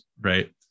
right